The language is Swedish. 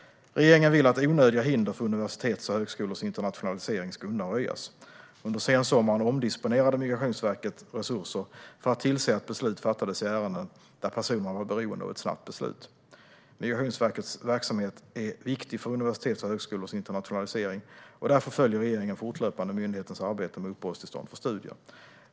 Regeringen vill att onödiga hinder för universitets och högskolors internationalisering ska undanröjas. Under sensommaren omdisponerade Migrationsverket resurser för att tillse att beslut fattades i ärenden där personerna var beroende av ett snabbt beslut. Migrationsverkets verksamhet är viktig för universitets och högskolors internationalisering. Därför följer regeringen fortlöpande myndighetens arbete med uppehållstillstånd för studier.